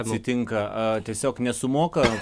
atsitinka tiesiog nesumoka